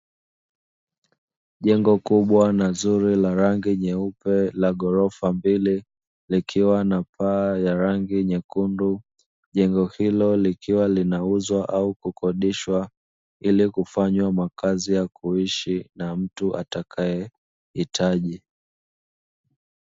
Jengo kubwa na zuri la rangi nyeupe la ghorofa mbili likiwa na paa ya rangi nyekundu, jengo hilo likiwa linauzwa au kukodishwa ili kufanywa makazi ya kuishi na mtu atakayehitaji.